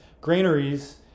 granaries